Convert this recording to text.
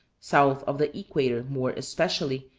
south of the equator more especially,